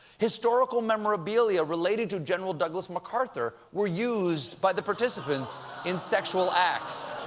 historical memorabilia related to general douglas macarthur were used by the participants in sexual acts.